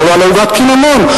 אמר: על עוגת הקינמון.